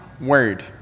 word